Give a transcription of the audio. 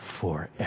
forever